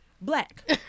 Black